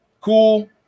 cool